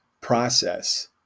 process